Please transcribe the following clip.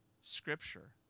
scripture